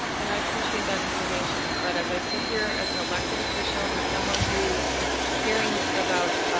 and i appreciate that information, but as i said here, as an elected official, and someone who's hearing about,